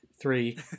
three